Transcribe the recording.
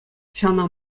ҫавна